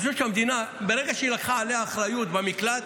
אפילו המדינה, ברגע שהיא לקחה עליה אחריות במקלט,